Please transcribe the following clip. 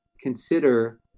consider